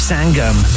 Sangam